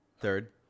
Third